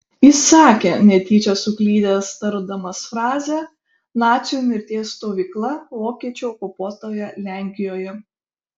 jis sakė netyčia suklydęs tardamas frazę nacių mirties stovykla vokiečių okupuotoje lenkijoje